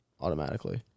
automatically